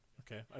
okay